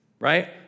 right